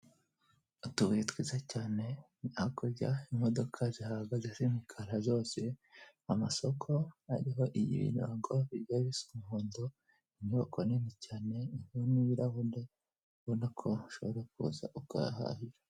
Utubuye twiza cyane, hakurya imodoka zihagaze zimikara zose, amasoko ariho ibirango bigiye bise umuhondo, inyubako nini cyane irimo ibirahure ubona ko ushobora kuza ukahahira.